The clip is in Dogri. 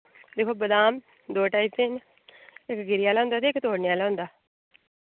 दिक्खो बदाम दो टाइप दे न इक गिरी आह्ला होंदा ते इक तोड़ने आह्ला होंदा